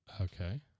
Okay